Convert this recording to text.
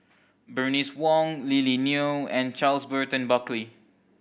Bernice Wong Lily Neo and Charles Burton Buckley